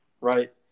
right